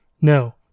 No